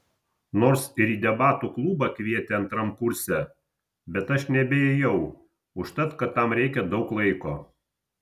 nors ir į debatų klubą kvietė antram kurse bet aš nebeėjau užtat kad tam reikia daug laiko